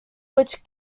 which